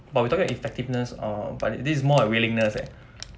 but we're talking of effectiveness um but this this is more a willingness eh